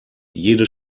jede